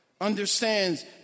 understands